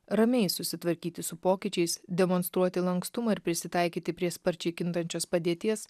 ramiai susitvarkyti su pokyčiais demonstruoti lankstumą ir prisitaikyti prie sparčiai kintančios padėties